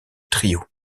trio